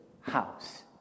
house